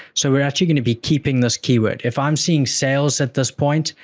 so, we're actually going to be keeping this keyword. if i'm seeing sales at this point,